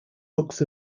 books